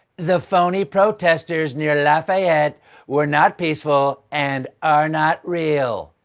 the phony protesters near lafayette were not peaceful and are not real.